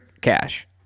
cash